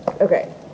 Okay